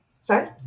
sorry